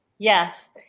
Yes